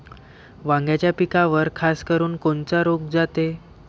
वांग्याच्या पिकावर खासकरुन कोनचा रोग जाते?